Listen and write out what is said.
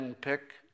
pick